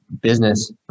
business